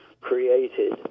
created